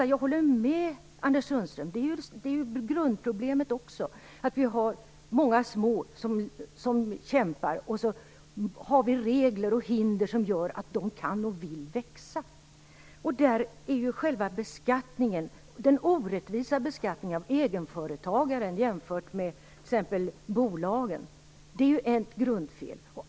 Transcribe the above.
Jag håller med Anders Sundström om att grundproblemet är att vi har många små företagare som kämpar, men vi har också regler och hinder som står i vägen för dem som skulle kunna och vill växa. Ett grundfel är den orättvisa beskattningen av egenföretagaren i förhållande till exempelvis bolagen.